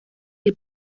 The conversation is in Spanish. del